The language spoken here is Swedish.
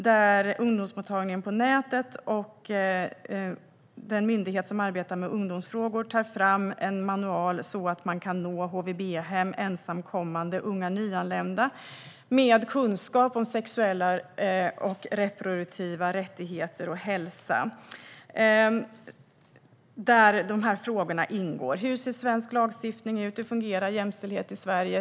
Där tar Din ungdomsmottagning på nätet och den myndighet som arbetar med ungdomsfrågor fram en manual så att man kan nå HVB-hem och ensamkommande unga nyanlända med kunskap om sexuella och reproduktiva rättigheter och hälsa, där dessa frågor ingår. Hur ser svensk lagstiftning ut? Hur fungerar jämställdhet i Sverige?